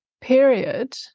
period